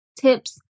tips